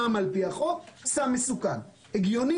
הבנתי את הכול, אני אגע בזה.